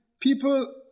people